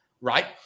right